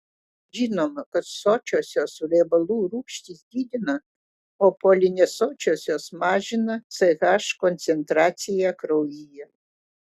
žinoma kad sočiosios riebalų rūgštys didina o polinesočiosios mažina ch koncentraciją kraujyje